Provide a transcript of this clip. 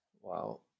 Wow